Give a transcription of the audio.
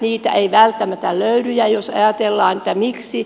niitä ei välttämättä löydy ja jos ajatellaan että miksi